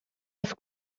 was